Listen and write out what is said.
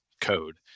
code